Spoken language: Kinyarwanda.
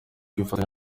kwifatanya